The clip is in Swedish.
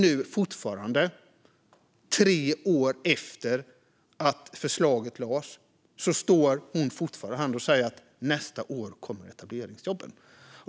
Nu, tre år efter att förslaget lades fram, står Anna Johansson fortfarande här och säger att nästa år kommer etableringsjobben.